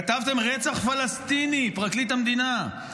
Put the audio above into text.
כתבתם "רצח פלסטיני", פרקליט המדינה.